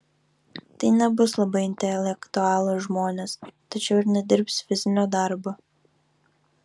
tai nebus labai intelektualūs žmonės tačiau ir nedirbs fizinio darbo